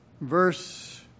Verse